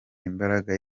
imbaraga